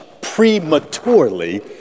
prematurely